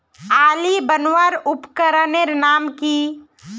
आली बनवार उपकरनेर नाम की?